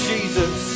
Jesus